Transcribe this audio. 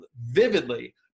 vividly